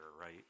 right